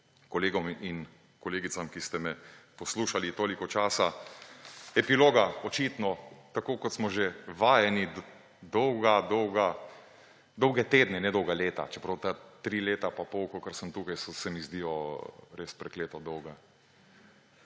kolegom in kolegicam, ki ste me poslušali toliko časa. Epiloga očitno, tako kot smo že vajeni dolge tedne, ne, dolga leta − čeprav ta tri leta in pol, kolikor sem tukaj, se mi zdijo res prekleto dolga